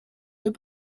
deux